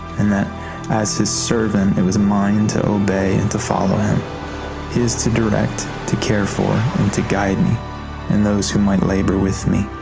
and that as his servant, it was mine to obey and to follow him his, to direct, to care for, and to guide me and those who might labour with me.